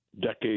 decades